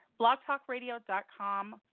blogtalkradio.com